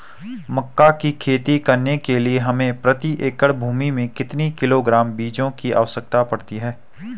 मक्का की खेती करने के लिए हमें प्रति एकड़ भूमि में कितने किलोग्राम बीजों की आवश्यकता पड़ती है?